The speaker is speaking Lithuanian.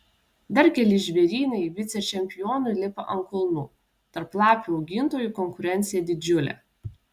dar keli žvėrynai vicečempionui lipa ant kulnų tarp lapių augintojų konkurencija didžiulė